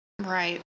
right